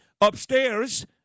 upstairs